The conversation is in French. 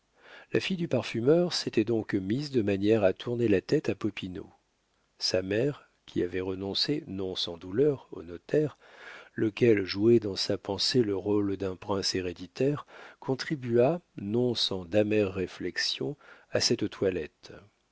la fille du parfumeur s'était donc mise de manière à tourner la tête à popinot sa mère qui avait renoncé non sans douleur au notaire lequel jouait dans sa pensée le rôle d'un prince héréditaire contribua non sans d'amères réflexions à cette toilette